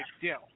deal